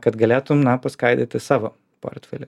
kad galėtum na paskaidyti savo portfelį